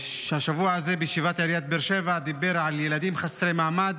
השבוע בישיבת עיריית באר שבע הוא דיבר על ילדים חסרי מעמד,